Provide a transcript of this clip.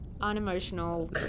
unemotional